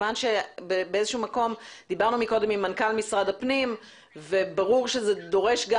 כיוון שדיברנו קודם עם מנכ"ל משרד הפנים וברור שזה דורש גם